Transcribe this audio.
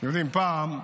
אתם יודעים, פעם,